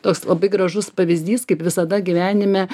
toks labai gražus pavyzdys kaip visada gyvenime